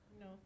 No